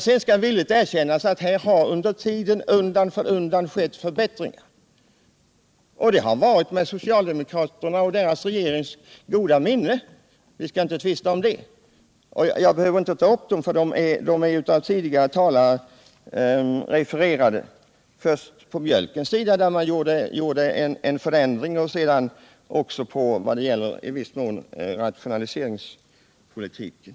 Sedan skall villigt erkännas att det undan för undan gjorts förbättringar, och det har skett med den socialdemokratiska regeringens goda minne — jag skall inte påstå annat. Tidigare talare har refererat dem — först gjorde man en förändring när det gällde mjölken och sedan i viss mån också när det gällde rationaliseringspolitiken.